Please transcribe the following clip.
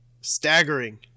staggering